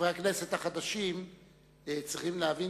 חברי הכנסת החדשים צריכים להבין